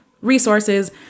resources